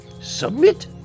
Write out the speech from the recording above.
submit